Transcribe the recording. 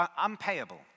Unpayable